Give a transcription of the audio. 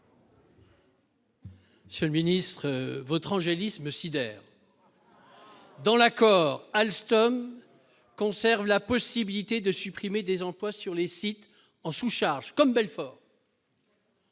Monsieur le secrétaire d'État, votre angélisme me sidère ! Dans l'accord, Alstom conserve la possibilité de supprimer des emplois sur les sites en sous-charge, comme Belfort.